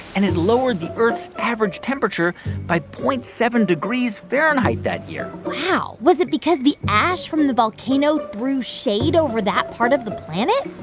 and it lowered the earth's average temperature by zero point seven degrees fahrenheit that year wow. was it because the ash from the volcano threw shade over that part of the planet?